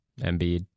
Embiid